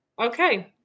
Okay